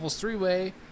Three-Way